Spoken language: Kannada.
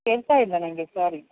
ಕೇಳ್ತಾ ಇಲ್ಲ ನನಗೆ ಸಾರಿ